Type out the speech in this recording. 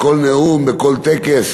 בכל נאום, בכל טקס.